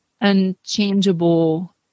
unchangeable